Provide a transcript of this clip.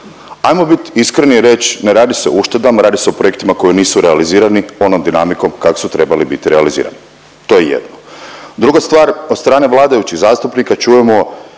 Hajmo bit iskreni i reći ne radi se o uštedama, radi se o projektima koji nisu realizirani onom dinamikom kak' su trebali biti realizirani. To je jedno. Druga stvar, od strane vladajućih zastupnika čujemo